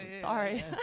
sorry